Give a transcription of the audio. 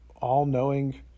all-knowing